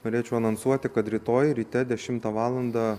norėčiau anonsuoti kad rytoj ryte dešimtą valandą